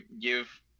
give